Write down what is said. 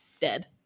dead